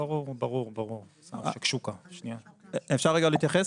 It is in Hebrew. אפשר רק להתייחס?